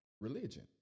religion